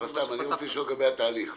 אני רוצה לשאול לגבי התהליך.